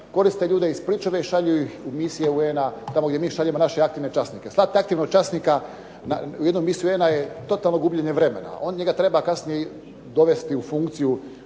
koriste ljude iz pričuve i šalju ih u misije UN-a tamo gdje mi šaljemo naše aktivne časnike. Stav aktivnog časnika u jednu misiju UN-a je totalno gubljenje vremena. Njega treba kasnije dovesti u funkciju,